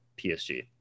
PSG